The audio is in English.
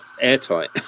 airtight